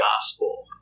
gospel